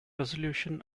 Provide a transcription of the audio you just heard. resolution